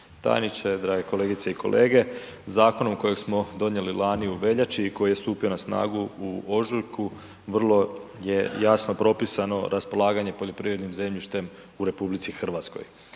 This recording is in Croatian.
tajniče, drage kolegice i kolege. Zakonom kojeg smo donijeli lani u veljači i koji je stupio na snagu u ožujku vrlo je jasno propisano raspolaganje poljoprivrednim zemljištem u RH. Tada smo